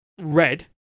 red